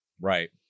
right